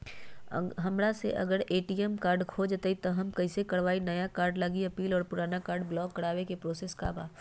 हमरा से अगर ए.टी.एम कार्ड खो जतई तब हम कईसे करवाई नया कार्ड लागी अपील और पुराना कार्ड ब्लॉक करावे के प्रोसेस का बा?